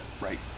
Right